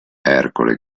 ercole